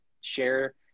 share